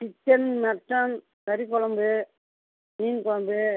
chicken mutton கறி குழம்பு மீன் குழம்பு